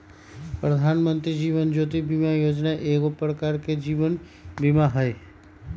प्रधानमंत्री जीवन ज्योति बीमा जोजना एगो प्रकार के जीवन बीमें हइ